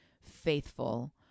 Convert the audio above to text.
faithful